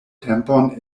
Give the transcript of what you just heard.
tempon